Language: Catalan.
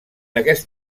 aquest